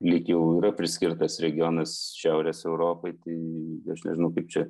lyg jau yra priskirtas regionas šiaurės europai tai aš nežinau kaip čia